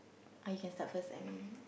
I can start first I mean